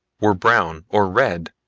were brown or red,